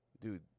Dude